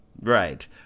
Right